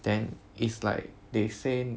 then is like they say